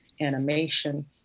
animation